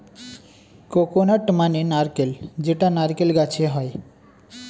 coconut মানে নারকেল যেটা নারকেল গাছে হয়